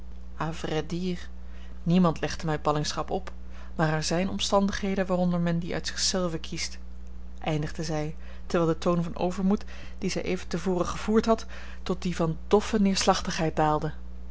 dire niemand legde mij ballingschap op maar er zijn omstandigheden waaronder men die uit zich zelve kiest eindigde zij terwijl de toon van overmoed dien zij even te voren gevoerd had tot dien van doffe neerslachtigheid